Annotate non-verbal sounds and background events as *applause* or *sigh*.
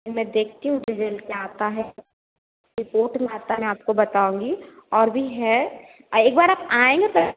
फिर मैं देखती हूँ रिजल्ट क्या आता है रिपोर्ट में आता मैं आपको बताऊँगी और भी है एक बार आप आए ना *unintelligible*